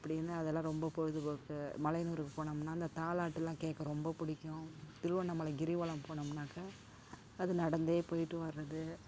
அப்படினு அதெல்லாம் ரொம்ப பொழுதுப்போக்கு மலையனூருக்கு போனோம்னா அந்த தாலாட்டுலாம் கேட்க ரொம்ப பிடிக்கும் திருவண்ணாமலை கிரிவலம் போனோம்னாக்க அது நடந்தே போய்ட்டு வர்றது